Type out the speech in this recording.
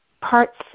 parts